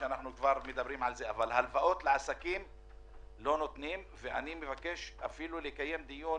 אני מבקש לקיים דיון